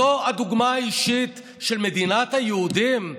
זו הדוגמה האישית של מדינת היהודים?